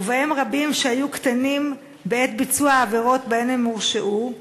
ובהם רבים שהיו קטינים בעת ביצוע העבירות שבהן הם הורשעו,